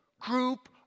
group